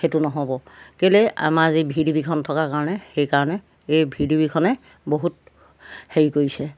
সেইটো নহ'ব কেলৈ আমাৰ যি ভি ডি বিখন থকাৰ কাৰণে সেইকাৰণে এই ভি ডি বিখনে বহুত হেৰি কৰিছে